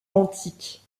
antique